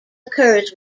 occurs